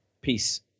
peace